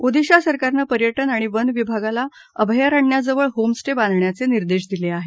ओदिशा सरकारनं पर्यटन आणि वन विभागाला अभयारण्याजवळ होम स्टे बांधण्याचे निर्देश दिले आहेत